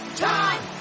time